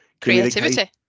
Creativity